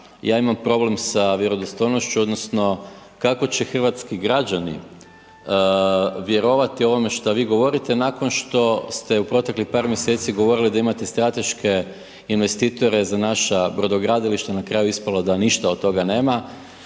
ja imam problem sa vjerodostojnošću odnosno kako će hrvatski građani vjerovati ovome što vi govorite nakon što ste u proteklih par mjeseci govorili da imate strateške investitore za naša Brodogradilišta, na kraju je ispalo da ništa od toga nema.